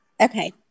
Okay